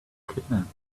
kidnapped